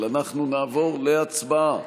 אנחנו לעבור להצבעה